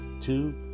Two